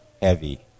heavy